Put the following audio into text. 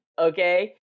Okay